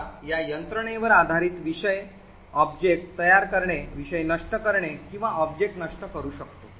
आता या यंत्रणेवर आधारित विषय ऑब्जेक्ट तयार करणे विषय नष्ट करणे आणि ऑब्जेक्ट नष्ट करु शकतो